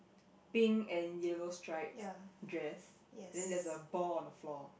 pink and yellow stripes dress then there's a ball on the floor